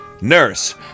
Nurse